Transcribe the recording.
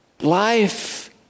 life